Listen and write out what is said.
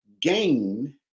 Gain